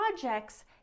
projects